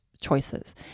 choices